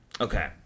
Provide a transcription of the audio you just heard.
okay